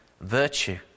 virtue